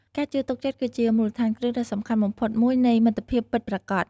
ការជឿទុកចិត្តគឺជាមូលដ្ឋានគ្រឹះដ៏សំខាន់បំផុតមួយនៃមិត្តភាពពិតប្រាកដ។